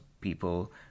people